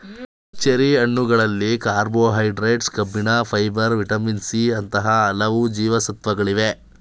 cherry ಹಣ್ಣುಗಳಲ್ಲಿ carbohydrates, ಕಬ್ಬಿಣ, fibre, vitamin C ಅಂತ ಹಲವು ಜೀವಸತ್ವಗಳಿವೆ